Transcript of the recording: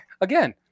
again